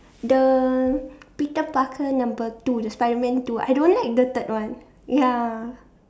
the Peter-Parker number two the Spiderman two I don't like the third one ya